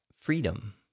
freedom